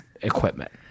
equipment